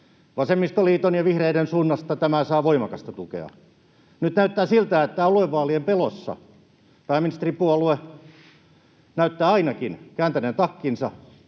Vasemmistoliiton ja vihreiden suunnasta tämä saa voimakasta tukea. Nyt näyttää siltä, että aluevaalien pelossa pääministeripuolue ainakin näyttää kääntäneen takkinsa,